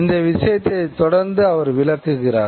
இந்த விஷயத்தை தொடர்ந்து அவர் விளக்குகிறார்